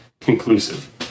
conclusive